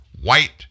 white